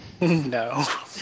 No